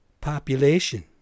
population